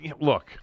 look